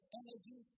energy